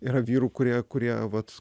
yra vyrų kurie kurie vat